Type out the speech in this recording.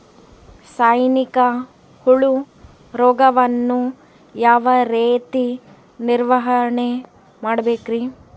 ಸೈನಿಕ ಹುಳು ರೋಗವನ್ನು ಯಾವ ರೇತಿ ನಿರ್ವಹಣೆ ಮಾಡಬೇಕ್ರಿ?